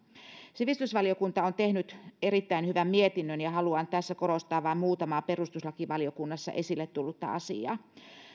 sivistysvaliokunta on tehnyt erittäin hyvän mietinnön ja haluan tässä korostaa vain muutamaa perustuslakivaliokunnassa esille tullutta asiaa